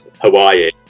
Hawaii